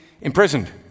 imprisoned